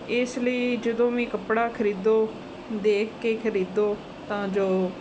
ਇਸ ਲਈ ਜਦੋਂ ਵੀ ਕੱਪੜਾ ਖਰੀਦੋ ਦੇਖ ਕੇ ਖਰੀਦੋ ਤਾਂ ਜੋ